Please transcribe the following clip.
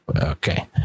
okay